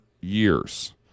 years